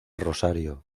rosario